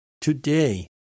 today